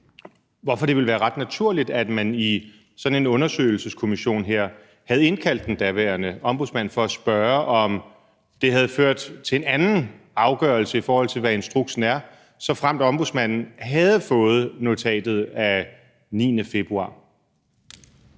hvorfor det ville være ret naturligt, at man i sådan en undersøgelseskommission her havde indkaldt den daværende ombudsmand for at spørge, om det havde ført til en anden afgørelse, i forhold til hvad instruksen er, såfremt ombudsmanden havde fået notatet af 9. februar?